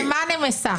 החמאה נמסה.